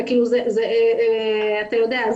אתה יודע,